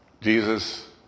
Jesus